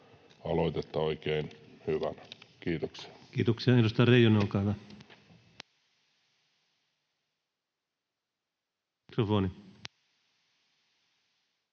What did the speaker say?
aloitetta oikein hyvänä. — Kiitoksia. Kiitoksia. — Edustaja Reijonen, olkaa hyvä. Arvoisa